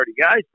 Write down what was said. guys